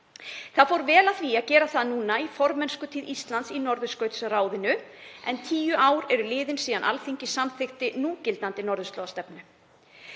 og fór vel á því að gera það núna í formennskutíð Íslands í Norðurskautsráðinu en tíu ár eru liðin síðan Alþingi samþykkti núgildandi norðurslóðastefnu.